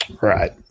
right